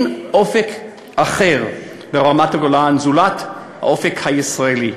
אין אופק אחר ברמת-הגולן זולת האופק הישראלי.